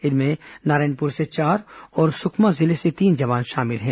इनमें नारायणपुर से चार और सुकमा जिले से तीन जवान शामिल हैं